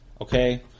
Okay